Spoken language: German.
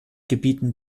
gebieten